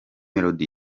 melody